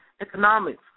economics